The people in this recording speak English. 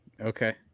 Okay